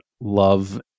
love